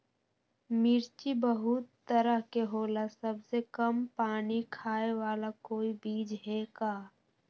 मिर्ची बहुत तरह के होला सबसे कम पानी खाए वाला कोई बीज है का?